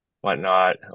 whatnot